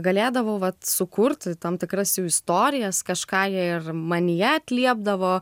galėdavau vat sukurti tam tikras jų istorijas kažką jie ir manyje atliepdavo